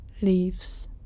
leaves